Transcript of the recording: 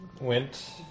went